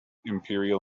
imperial